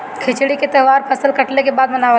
खिचड़ी के तौहार फसल कटले के बाद मनावल जाला